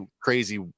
crazy